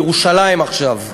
בירושלים עכשיו.